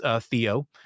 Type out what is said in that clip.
Theo